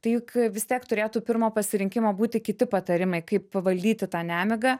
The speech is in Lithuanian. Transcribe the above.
tai juk vis tiek turėtų pirmo pasirinkimo būti kiti patarimai kaip valdyti tą nemigą